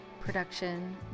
production